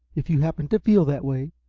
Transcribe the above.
if you happen to feel that way!